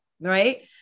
right